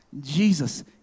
Jesus